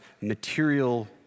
material